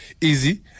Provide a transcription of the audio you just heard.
easy